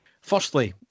firstly